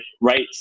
right